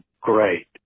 great